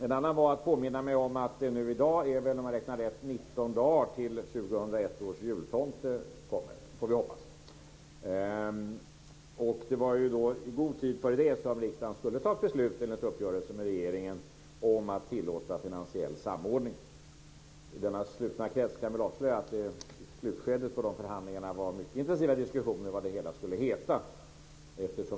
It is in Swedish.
En annan var att påminna mig om att det i dag är 19 dagar, om jag räknar rätt, tills 2001 års jultomte kommer, får vi hoppas. Det var i god tid före det som riksdagen skulle fatta ett beslut enligt uppgörelsen med regeringen om att tillåta finansiell samordning. I denna slutna krets kan jag väl avslöja att det i slutskedet av förhandlingarna var mycket intensiva diskussioner om vad det hela skulle heta.